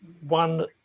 one